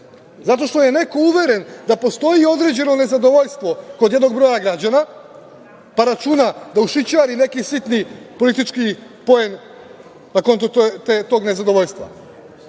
Zato što je neko uveren da postoji određeno nezadovoljstvo kod jednog broja građana, pa računa da ušićari neki sitni politički poen na konto tog nezadovoljstva.